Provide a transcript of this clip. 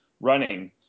running